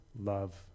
love